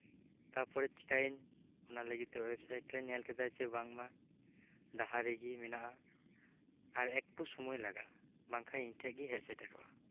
ᱛᱟᱯᱚᱨᱮ ᱪᱮᱠᱟᱭᱟᱹᱧ ᱚᱱᱟᱞᱟᱹᱜᱤᱫ ᱛᱮ ᱳᱭᱮᱵ ᱥᱟᱭᱤᱴ ᱨᱮᱧ ᱠᱮᱫᱟ ᱡᱮ ᱵᱟᱝᱢᱟ ᱰᱟᱦᱟᱨ ᱨᱮᱜᱤ ᱢᱮᱱᱟᱜ ᱟ ᱟᱨ ᱮᱠᱴᱩ ᱥᱩᱢᱟᱹᱭ ᱞᱟᱜᱟᱜᱼᱟ ᱵᱟᱝᱠᱷᱟᱡ ᱤᱧᱴᱷᱮᱡ ᱜᱤ ᱦᱮᱡ ᱥᱮᱴᱮᱨᱚᱜᱼᱟ